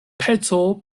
peco